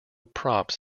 props